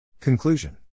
Conclusion